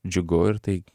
džiugu ir tai